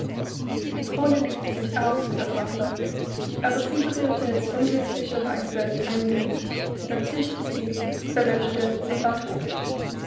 die kohle legte sich auch an das wasser aber sie berührte es unglücklicher weise ein wenig da zischte sie verlöschte und war todt